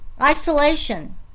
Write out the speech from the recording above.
Isolation